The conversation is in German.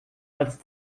als